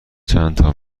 چندتا